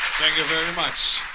thank you very much.